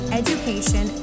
education